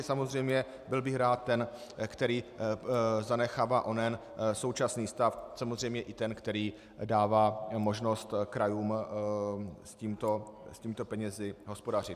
Samozřejmě byl bych rád ten, který zanechává onen současný stav, samozřejmě i ten, který dává možnost krajům s těmito penězi hospodařit.